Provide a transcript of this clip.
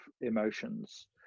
emotions